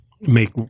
make